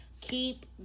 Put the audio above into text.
Keep